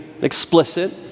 explicit